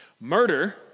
Murder